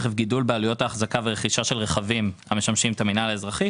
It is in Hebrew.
גידול בעלויות האחזקה ורכישה של רכבים המשמשים את המינהל האזרחי.